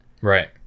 Right